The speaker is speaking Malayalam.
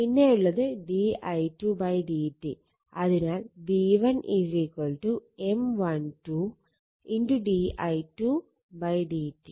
പിന്നെയുള്ളത് di2 dt അതിനാൽ v1 M12 di2 dt